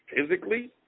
physically